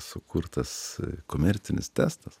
sukurtas komercinis testas